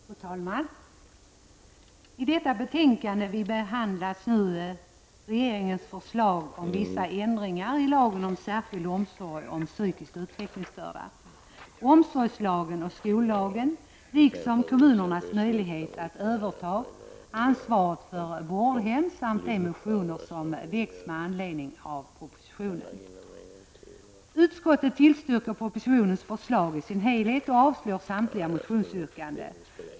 Fru talman! I detta betänkande behandlas regeringens förslag om vissa ändringar i lagen om särskild omsorg om psykiskt utvecklingsstörda, omsorgslagen och skollagen, liksom kommunernas möjlighet att överta ansvaret för vårdhem samt de motioner som har väckts med anledning av propositionen. Utskottet tillstyrker propositionens förslag i sin helhet och avstyrker samtliga motionsyrkanden.